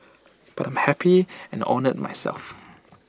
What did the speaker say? but I'm happy and honoured myself